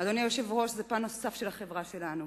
אדוני היושב-ראש, זה פן נוסף של החברה שלנו.